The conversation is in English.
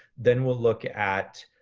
then we'll look at